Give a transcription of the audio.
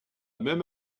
même